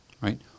right